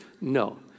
No